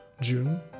June